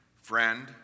Friend